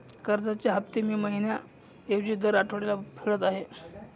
कर्जाचे हफ्ते मी महिन्या ऐवजी दर आठवड्याला फेडत आहे